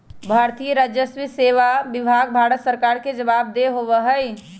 भारतीय राजस्व सेवा विभाग भारत सरकार के जवाबदेह होबा हई